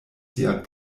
sian